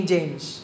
James